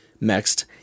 next